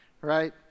right